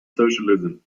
socialism